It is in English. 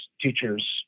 teachers